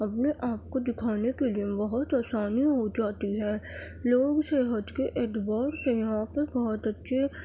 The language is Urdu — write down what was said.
اپنے آپ کو دکھانے کے لئے بہت آسانی ہو جاتی ہے لوگ صحت کے اعتبار سے یہاں پر بہت اچھے